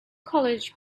college